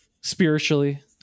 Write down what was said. spiritually